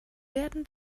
werden